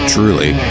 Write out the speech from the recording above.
Truly